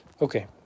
Okay